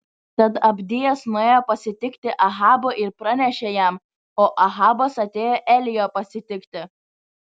tad abdijas nuėjo pasitikti ahabo ir pranešė jam o ahabas atėjo elijo pasitikti